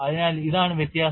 അതിനാൽ ഇതാണ് വ്യത്യാസം